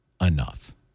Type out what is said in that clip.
enough